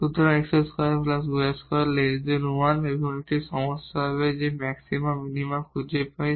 সুতরাং x2 y2 1 একটি সমস্যা হবে যে এই ম্যাক্সিমা মিনিমা খুঁজে পাওয়া